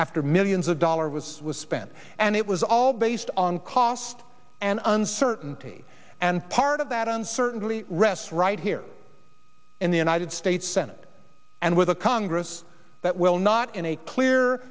after millions of dollars was spent and it was all based on cost and uncertainty and part of that uncertainly rests right here in the united states senate and with a congress that will not in a clear